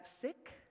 sick